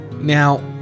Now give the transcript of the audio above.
now